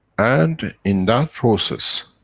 and, in that process,